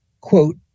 quote